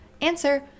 Answer